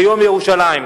ביום בירושלים.